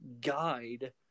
guide